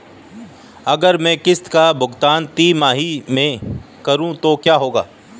अगर मैं किश्त का भुगतान तिमाही में करूं तो क्या होगा?